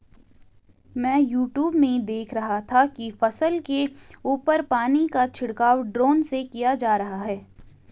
मैं यूट्यूब में देख रहा था कि फसल के ऊपर पानी का छिड़काव ड्रोन से किया जा रहा है